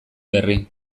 berri